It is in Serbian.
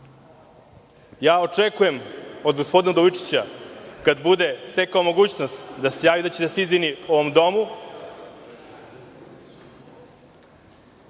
tvit. Očekujem od gospodina Udovičića, kada bude stekao mogućnost da se javi, da će da se izvini ovom domu